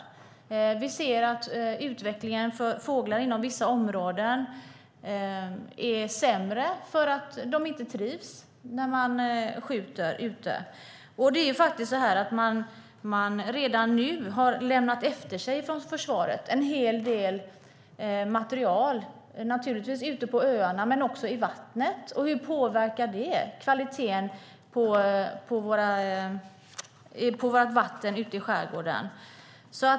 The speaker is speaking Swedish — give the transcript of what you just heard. Vi ser att utvecklingen för fåglar inom vissa områden är sämre därför att de inte trivs när det skjuts. Redan nu har försvaret lämnat efter sig en hel del material ute på öarna men också i vattnet. Hur påverkar det vattenkvaliteten i skärgården?